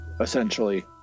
essentially